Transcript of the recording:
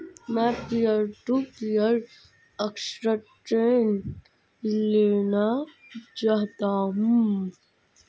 मैं peer to peer ऋण लेना चाहता हूँ